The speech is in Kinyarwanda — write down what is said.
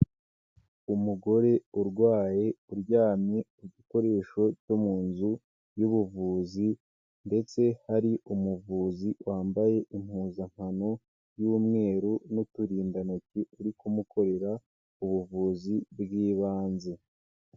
Umugore urwaye uryamye ku gikoresho cyo mu nzu y'ubuvuzi ndetse hari umuvuzi wambaye impuzankano y'umweru n'uturindantoki, uri kumukorera ubuvuzi bw'ibanze.